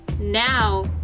now